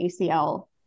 acl